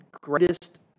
greatest